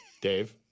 Dave